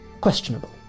questionable